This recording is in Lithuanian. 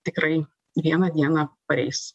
tikrai vieną dieną pareis